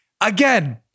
Again